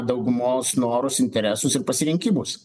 daugumos norus interesus ir pasirinkimus